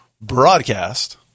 broadcast